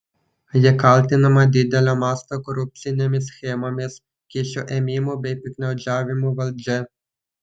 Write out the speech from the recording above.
ji kaltinama didelio masto korupcinėmis schemomis kyšių ėmimu bei piktnaudžiavimu valdžia